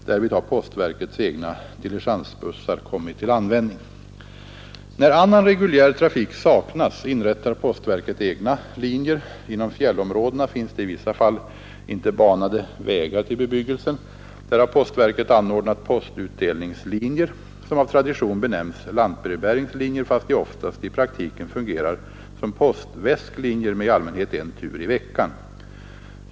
Därvid har postverkets egna diligensbussar kommit till användning. När annan reguljär trafik saknas, inrättar postverket egna linjer. Inom fjällområdena finns det i vissa fall inte banade vägar till bebyggelsen. Där har postverket anordnat postutdelningslinjer som av tradition benämns lantbrevbäringslinjer fast de oftast i praktiken fungerar som postväsklinjer med i allmänhet en tur i veckan.